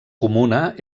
comuna